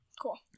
Cool